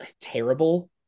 terrible